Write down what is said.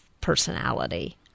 personality